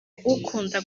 akunda